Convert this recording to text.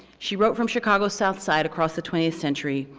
she wrote from chicago's south side across the twentieth century.